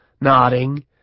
nodding